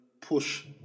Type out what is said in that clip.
push